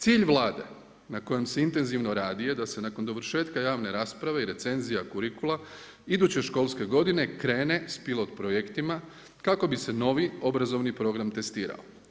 Cilj Vlade na kojem se intenzivno radi je da se nakon dovršetka javne rasprave i recenzija kurikula iduće školske godine krene s pilot projektima kako bi se novi obrazovni program testirao.